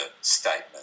statement